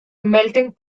melting